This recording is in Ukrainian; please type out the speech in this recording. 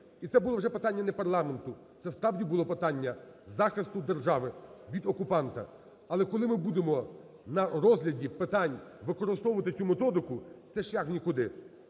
І це було вже питання не парламенту, це справді було питання захисту держави від окупанта. Але, коли ми будемо на розгляді питань використовувати цю методику, це шлях в нікуди,